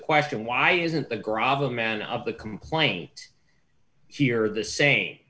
question why isn't the grob a man of the complaint here the sa